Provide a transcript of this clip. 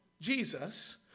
Jesus